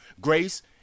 grace